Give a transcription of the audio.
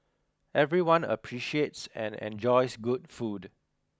everyone appreciates and enjoys good food